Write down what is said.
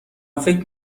فکر